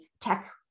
tech